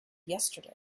yesterday